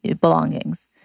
belongings